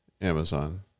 Amazon